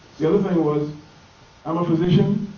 the other thing was i'm a physician,